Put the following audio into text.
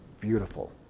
beautiful